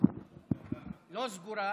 אדוני